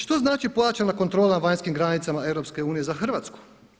Što znači pojačana kontrola na vanjskim granicama EU za Hrvatsku?